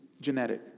genetic